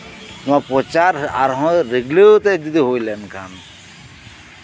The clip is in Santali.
ᱱᱚᱶᱟ ᱯᱨᱚᱪᱟᱨ ᱟᱨᱦᱚᱸ ᱡᱚᱫᱤ ᱰᱤᱨᱞᱟᱹᱣ ᱛᱮ ᱦᱩᱭ ᱞᱮᱱᱠᱷᱟᱱ